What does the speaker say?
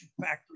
factory